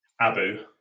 Abu